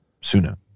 sooner